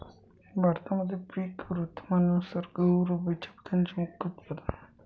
भारतामध्ये पिक ऋतुमानानुसार गहू रब्बीच्या पिकांचे मुख्य उत्पादन आहे